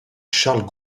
charles